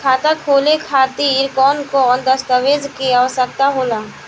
खाता खोले खातिर कौन कौन दस्तावेज के आवश्यक होला?